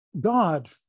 god